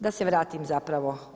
Da se vratim zapravo.